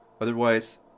otherwise